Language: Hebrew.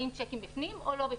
אם הצ'קים בפנים או לא בפנים,